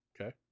Okay